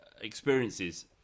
experiences